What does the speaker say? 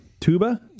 tuba